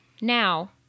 Now